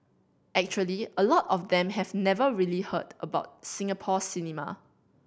actually a lot of them have never really heard about Singapore cinema